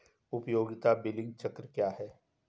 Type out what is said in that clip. उपयोगिता बिलिंग चक्र क्या है?